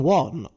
one